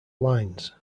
lines